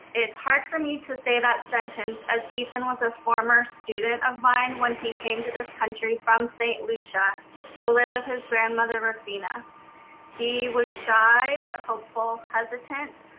it's hard for me to say that sentence as ethan was a former student of mine, when he came to this country from st. lucia to live with his grandmother, rofina he was shy, but hopeful hesitant,